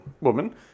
woman